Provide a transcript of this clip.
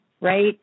right